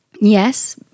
yes